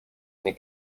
nie